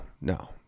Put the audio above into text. no